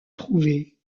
trouvée